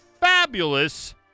fabulous